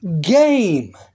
game